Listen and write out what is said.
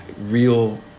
real